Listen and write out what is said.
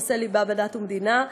נושא ליבה בדת ומדינה,